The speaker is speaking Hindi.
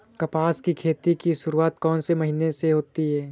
कपास की खेती की शुरुआत कौन से महीने से होती है?